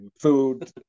food